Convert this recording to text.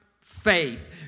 faith